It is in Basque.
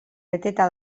beteta